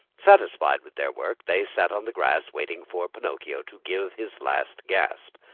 satisfied with their work, they sat on the grass waiting for pinocchio to give his last gasp.